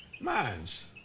minds